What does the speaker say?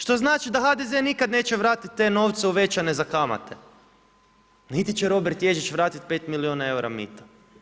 Što znači da HDZ nikad neće vratiti te novce uvećane za kamate, niti će Robert Ježić vratiti 5 milijuna eura mita.